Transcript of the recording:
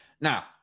Now